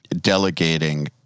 delegating